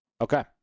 Okay